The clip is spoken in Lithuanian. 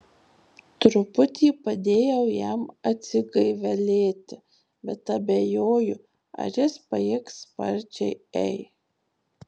truputį padėjau jam atsigaivelėti bet abejoju ar jis pajėgs sparčiai ei